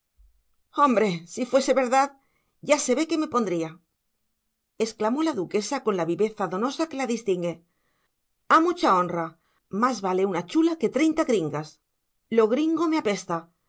hombre si fuese verdad ya se ve que me pondría exclamó la duquesa con la viveza donosa que la distingue a mucha honra más vale una chula que treinta gringas lo gringo me apesta